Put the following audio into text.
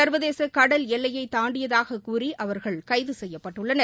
சர்வதேச கடல் எல்லையை தாண்டியதாக கூறி அவர்கள் கைது செய்யப்பட்டுள்ளனர்